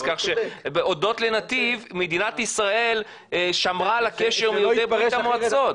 כך שהודות לנתיב מדינת ישראל שמרה על הקשר עם יהודי ברית המועצות.